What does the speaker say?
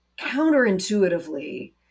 counterintuitively